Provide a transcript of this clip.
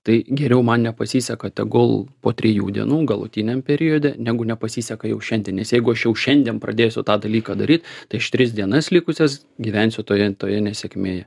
tai geriau man nepasiseka tegul po trijų dienų galutiniam periode negu nepasiseka jau šiandien nes jeigu aš jau šiandien pradėsiu tą dalyką daryt tai aš tris dienas likusias gyvensiu toje toje nesėkmėje